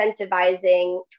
incentivizing